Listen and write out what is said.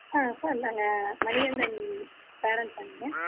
ஆ sir நாங்கள் மணிகண்டன் பேரண்ட்ஸா நீங்கள்